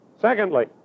Secondly